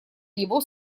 его